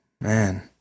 man